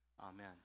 Amen